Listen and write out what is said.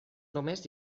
només